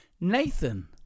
Nathan